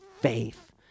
faith